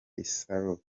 isaro